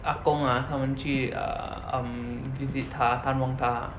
ah gong ah 他们去 err um visit 他探望他 ah